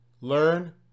learn